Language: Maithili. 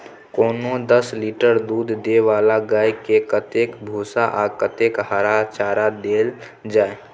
कोनो दस लीटर दूध दै वाला गाय के कतेक भूसा आ कतेक हरा चारा देल जाय?